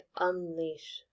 unleash